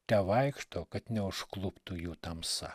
tevaikšto kad neužkluptų jų tamsa